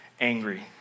angry